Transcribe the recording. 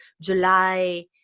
July